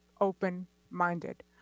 open-minded